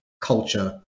culture